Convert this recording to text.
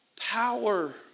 power